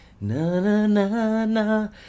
na-na-na-na